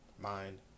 mind